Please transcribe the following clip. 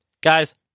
Guys